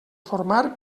formar